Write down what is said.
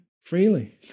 freely